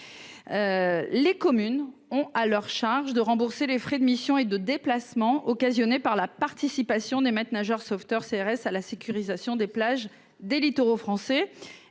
les communes ont à leur charge de rembourser les frais de mission et de déplacements occasionnés par la participation des maîtres nageurs sauveteurs CRS à la sécurisation des plages des littoraux français